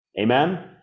Amen